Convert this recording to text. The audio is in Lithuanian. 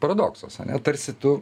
paradoksas tarsi tu